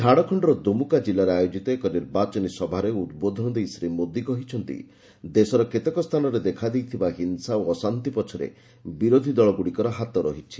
ଝାଡଖଣ୍ଡର ଦୁମୁକା ଜିଲ୍ଲାରେ ଆୟୋଜିତ ଏକ ନିର୍ବାଚନୀ ସଭାରେ ଉଦ୍ବୋଧନ ଦେଇ ଶ୍ରୀ ମୋଦୀ କହିଛନ୍ତି' ଦେଶର କେତେକ ସ୍ଥାନରେ ଦେଖାଦେଇଥିବା ହିଂସା ଓ ଅଶାନ୍ତି ପଛରେ ବିରୋଧୀ ଦଳଗୁଡ଼ିକର ହାତ ରହିଛି